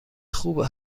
خوب